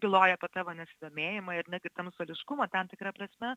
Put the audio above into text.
byloja apie tavo nesidomėjimą ir netgi tamsuoliškumą tam tikra prasme